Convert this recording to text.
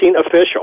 official